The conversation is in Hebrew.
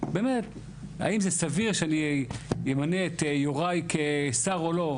באמת האם זה סביר שאני אמנה את יוראי כשר או לא.